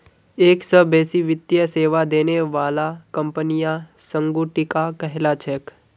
एक स बेसी वित्तीय सेवा देने बाला कंपनियां संगुटिका कहला छेक